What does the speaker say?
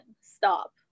stop